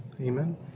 Amen